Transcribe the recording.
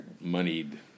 moneyed